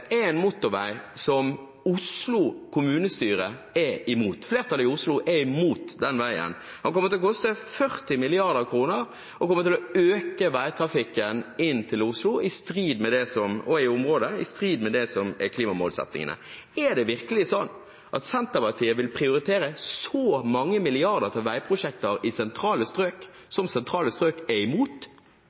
motorvei som Oslo kommunestyre er imot. Flertallet i Oslo er imot den veien. Den kommer til å koste 40 mrd. kr og kommer til å øke veitrafikken i området og inn til Oslo, i strid med det som er klimamålsettingene. Er det virkelig slik at Senterpartiet vil prioritere så mange milliarder kroner til veiprosjekter i sentrale strøk – som sentrale strøk er imot?